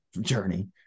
journey